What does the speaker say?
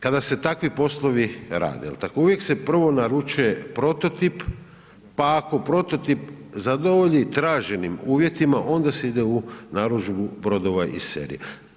Kada se takvi poslovi rade, jel' tako, uvijek se prvo naruči prototip pa ako prototip zadovolji traženim uvjetima, onda se ide u narudžbu brodova iz serija.